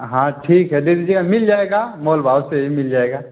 हाँ ठीक है दे दीजिएगा मिल जाएगा मोल भाव से ही मिल जाएगा